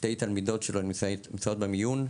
שתי תלמידות שלו נמצאות במיון,